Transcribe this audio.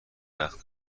وقت